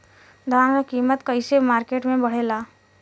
धान क कीमत कईसे मार्केट में बड़ेला?